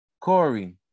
Corey